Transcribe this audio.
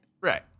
Right